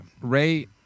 Ray